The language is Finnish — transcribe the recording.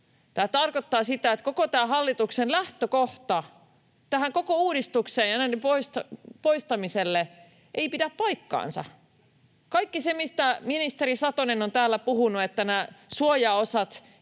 Tämä tarkoittaa sitä, että koko hallituksen lähtökohta tälle koko uudistukselle ja näiden poistamiselle ei pidä paikkaansa. Kaikki se, mistä ministeri Satonen on täällä puhunut, että nämä suojaosat